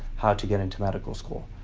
how to get into medical school.